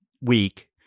week